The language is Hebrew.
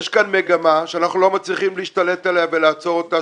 יש כאן מגמה שאנחנו לא מצליחים להשתלט עליה ולעצור אותה,